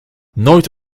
nooit